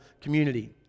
community